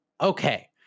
Okay